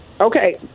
okay